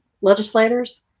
legislators